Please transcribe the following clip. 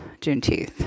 Juneteenth